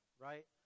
right